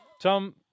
Tom